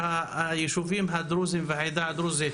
הישובים הדרוזים והעדה הדרוזית